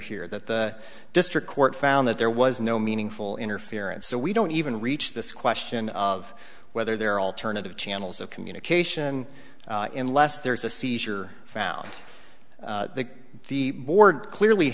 here that the district court found that there was no meaningful interference so we don't even reach this question of whether there are alternative channels of communication in less there is a seizure found that the board clearly